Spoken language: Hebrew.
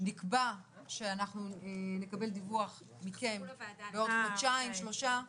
נקבע שאנחנו נקבל דיווח מכם בעוד חודשיים-שלושה.